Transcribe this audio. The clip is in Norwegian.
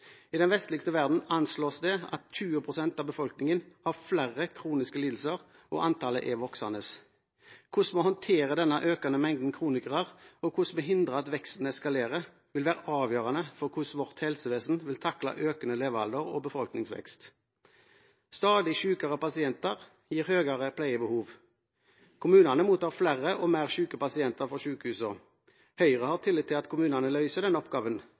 I den vestlige verden anslås det at 20 pst. av befolkningen har flere kroniske lidelser, og antallet er voksende. Hvordan vi håndterer denne økende mengden kronikere, og hvordan vi hindrer at veksten eskalerer, vil være avgjørende for hvordan vårt helsevesen vil takle økende levealder og befolkningsvekst. Stadig sykere pasienter gir større pleiebehov. Kommunene mottar flere og sykere pasienter fra sykehusene. Høyre har tillit til at kommunene løser denne oppgaven,